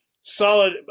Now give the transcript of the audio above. solid